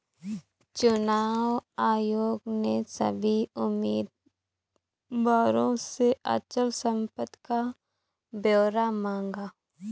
चुनाव आयोग ने सभी उम्मीदवारों से अचल संपत्ति का ब्यौरा मांगा